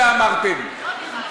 שאמרתם,